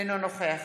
אינו נוכח